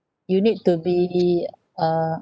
you need to be uh